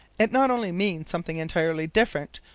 it not only means something entirely different,